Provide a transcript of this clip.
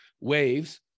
waves